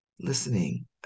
listening